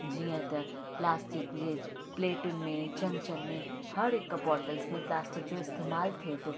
जीअं त प्लास्टिक जे प्लेटुनि में चमचनि में हर हिकु बोटल्स में प्लास्टिक जो इस्तेमालु थिए थो